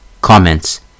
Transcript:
Comments